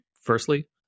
firstly